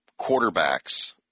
quarterbacks